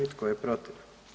I tko je protiv?